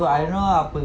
so I don't know ah apa